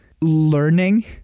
learning